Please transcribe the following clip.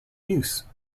use